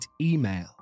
email